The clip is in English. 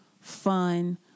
fun